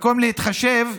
במקום להתחשב,